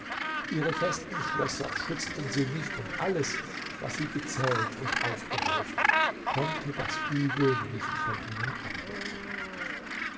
ihre festen schlösser schützten sie nicht und alles was sie gezählt und aufgehäuft konnte das übel nicht von ihnen abwenden